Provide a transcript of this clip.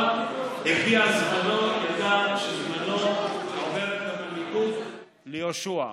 אבל הגיע זמנו, ידע שעוברת המנהיגות ליהושע.